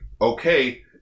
okay